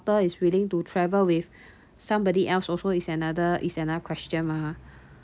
is willing to travel with somebody else also is another is another question mah